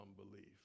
unbelief